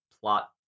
plot